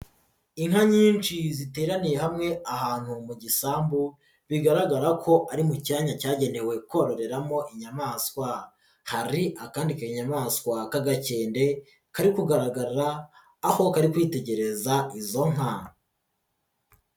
Inka nyinshi ziteraniye hamwe ahantu mu gisambu bigaragara ko ari mu cyanya cyagenewe kororeramo inyamaswa, hari akandi kanyayamaswa k'agakende kari kugaragara aho kari kwitegereza izo nka.